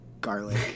garlic